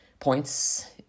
points